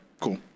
cool